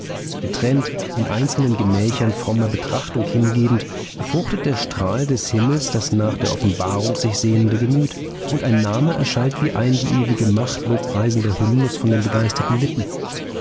getrennt in einzelnen gemächern frommer betrachtung hingegeben befruchtet der strahl des himmels das nach der offenbarung sich sehnende gemüt und ein name erschallt wie ein die ewige macht lobpreisender hymnus von den begeisterten lippen